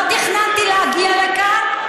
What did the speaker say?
לא תכננתי להגיע לכאן.